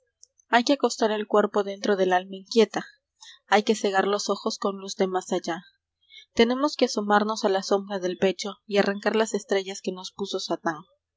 hay que acostar al cuerpo dentro del alma inquieta hay que cegar los ojos con luz de más allá tenemos que asomarnos a la sombra del pecho y arrancar las estrellas que nos puso satán